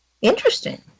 Interesting